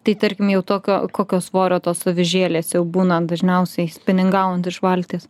tai tarkim jau tokio kokio svorio tos avižėlės jau būna dažniausiai spiningaujant iš valties